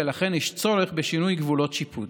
ולכן יש צורך בשינוי גבולות שיפוט.